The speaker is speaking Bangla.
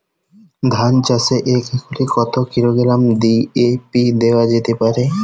ধান চাষে এক একরে কত কিলোগ্রাম ডি.এ.পি দেওয়া যেতে পারে?